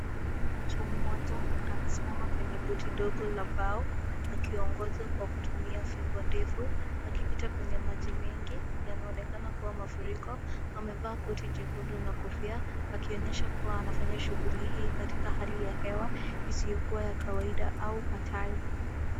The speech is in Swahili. Mtu mmoja amesimama kwenye (cs)boti(cs) dogo la bao akiongoza kwa kutumia fimbo ndefu akipita kwenye maji mengi yanaonekana kuwa mafuriko, amevaa koti jekundu na kofia akionyesha kuwa anafanya shughuli hii katika hali ya hewa isiyokuwa ya kawaida au hatari.